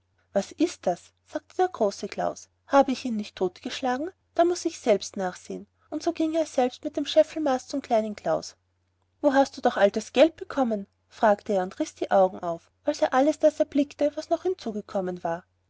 was ist das sagte der große klaus habe ich ihn nicht totgeschlagen da muß ich selbst nachsehen und so ging er selbst mit dem scheffelmaß zum kleinen klaus wo hast du doch all das geld bekommen fragte er und riß die augen auf als er alles das erblickte was noch hinzugekommen war